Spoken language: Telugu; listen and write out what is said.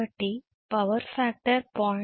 కాబట్టి పవర్ ఫ్యాక్టర్ 0